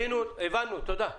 הבנו, תודה.